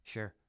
Sure